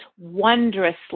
wondrously